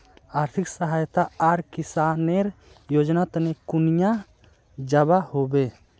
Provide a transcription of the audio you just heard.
आर्थिक सहायता आर किसानेर योजना तने कुनियाँ जबा होबे?